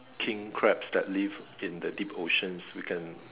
King crabs that live in the deep oceans we can